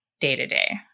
day-to-day